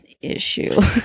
issue